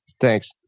Thanks